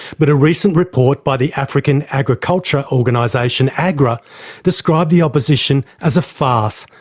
but a recent report by the african agriculture organisation agra described the opposition as a farce,